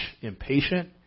impatient